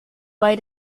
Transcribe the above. bei